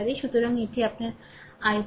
সুতরাং এটি আপনার i 1